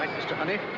mr. honey.